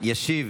ישיב